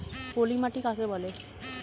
পলি মাটি কাকে বলে?